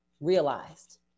realized